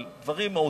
על דברים מהותיים.